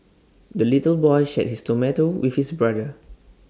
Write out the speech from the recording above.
the little boy shared his tomato with his brother